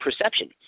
perception